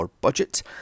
budget